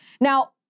Now